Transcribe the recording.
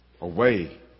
away